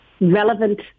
relevant